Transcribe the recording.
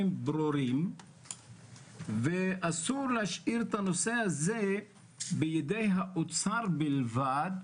ברורים ואסור להשאיר את הנושא הזה בידי האוצר בלבד,